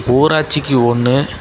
ஊராட்சிக்கு ஒன்று